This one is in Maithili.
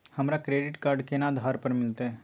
हमरा क्रेडिट कार्ड केना आधार पर मिलते?